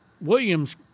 williams